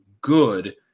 good